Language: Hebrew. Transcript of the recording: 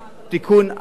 תיקון עוול.